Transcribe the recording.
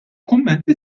kummenti